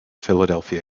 philadelphia